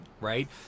right